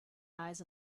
eyes